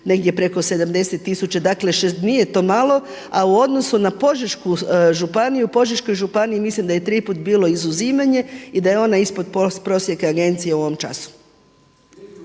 negdje preko 70 tisuća. Dakle, nije to malo. A u odnosu na Požešku županiju, u Požeškoj županiji mislim da je tri puta bilo izuzimanje i da je ona ispod prosjeka Agencije u ovom času.